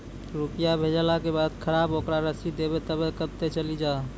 रुपिया भेजाला के खराब ओकरा रसीद देबे तबे कब ते चली जा?